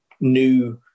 new